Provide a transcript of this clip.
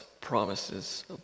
promises